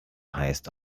heißt